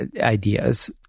ideas